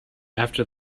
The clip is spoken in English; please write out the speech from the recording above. after